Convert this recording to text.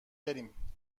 بریم